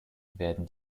werden